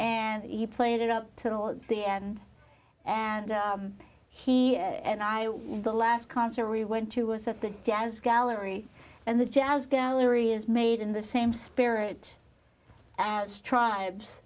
and he played it up toward the end and he and i were the last concert we went to was at the jazz gallery and the jazz gallery is made in the same spirit as tribes